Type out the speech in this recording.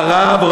הרב,